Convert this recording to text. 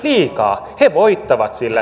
he voittavat sillä